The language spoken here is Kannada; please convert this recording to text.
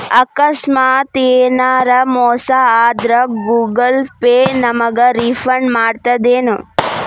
ಆಕಸ್ಮಾತ ಯೆನರ ಮೋಸ ಆದ್ರ ಗೂಗಲ ಪೇ ನಮಗ ರಿಫಂಡ್ ಮಾಡ್ತದೇನು?